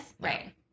Right